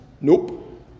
nope